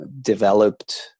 developed